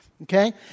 Okay